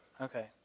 Okay